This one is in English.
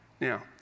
Now